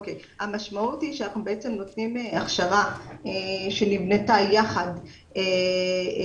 המשמעות היא שאנחנו בעצם נותנים הכשרה שנבנתה יחד עם